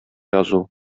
язу